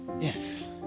Yes